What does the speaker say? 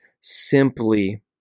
simply